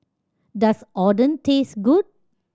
does Oden taste good